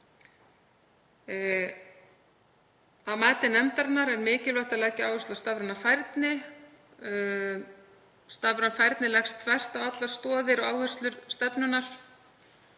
Að mati nefndarinnar er mikilvægt að leggja áherslu á stafræna færni. Stafræn færni leggst þvert á allar stoðir og áherslur stefnunnar.